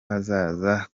hazaza